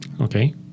Okay